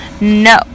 No